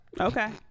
Okay